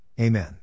Amen